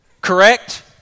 Correct